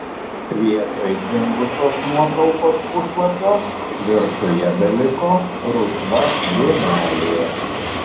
vietoj dingusios nuotraukos puslapio viršuje beliko rusva dėmelė